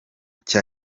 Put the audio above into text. cya